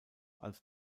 als